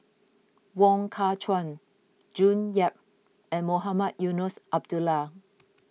Wong Kah Chun June Yap and Mohamed Eunos Abdullah